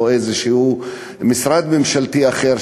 או למשרד ממשלתי אחר,